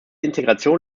integration